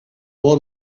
all